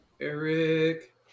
eric